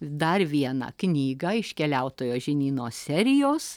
dar vieną knygą iš keliautojo žinyno serijos